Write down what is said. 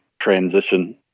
transition